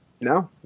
no